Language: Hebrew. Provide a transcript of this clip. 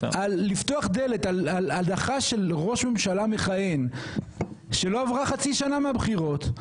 לפתוח דלת על הדחה של ראש ממשלה מכהן כשלא עברה חצי שנה מאז הבחירות,